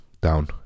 down